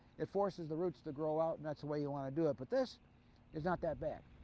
it forces the roots to grow out and that's the way you want to do it. but this is not that bad.